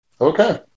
Okay